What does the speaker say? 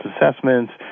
assessments